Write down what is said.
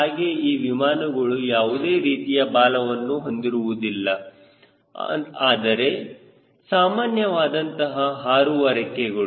ಹಾಗೆ ಈ ವಿಮಾನಗಳು ಯಾವುದೇ ರೀತಿಯ ಬಾಲವನ್ನು ಹೊಂದಿರುವುದಿಲ್ಲ ಅಂದರೆ ಸಾಮಾನ್ಯವಾದಂತಹ ಹಾರುವ ರೆಕ್ಕೆಗಳು